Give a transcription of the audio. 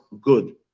good